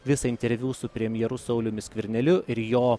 visą interviu su premjeru sauliumi skverneliu ir jo